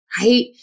right